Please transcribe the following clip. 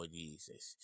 jesus